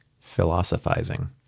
philosophizing